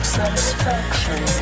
satisfaction